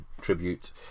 tribute